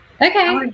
Okay